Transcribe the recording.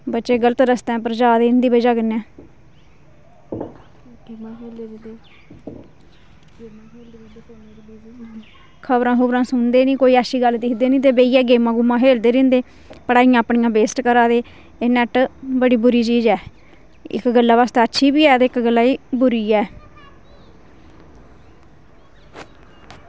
बच्चे गलत रस्तें पर जा दे इं'दी बजह् कन्नै खबरां खुबरां सुनदे निं कोई अच्छी गल्ल दिखदे ते निं ते बेहियै गेमां गूमां खेलदे रैंह्दे पढ़ाइयां अपनियां वेस्ट करा दे एह् नेट बड़ी बुरी चीज ऐ इक गल्ला बास्तै अच्छी बी ऐ ते इक गल्ला एह् बुरी ऐ